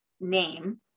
name